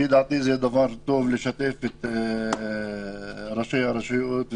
לפי דעתי זה דבר טוב לשתף את ראשי הרשויות,